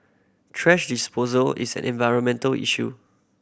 thrash disposal is an environmental issue